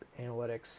analytics